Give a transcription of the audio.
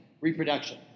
reproduction